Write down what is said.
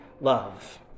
love